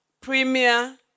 premier